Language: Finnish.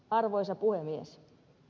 arvoisa puhemies